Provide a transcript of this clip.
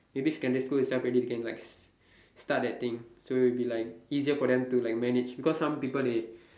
maybe secondary school itself already they can like s~ start their thing so it will be like easier for them to manage because some people they